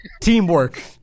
teamwork